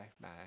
bye